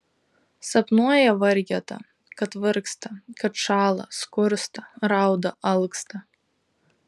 sapnuoja vargeta kad vargsta kad šąla skursta rauda alksta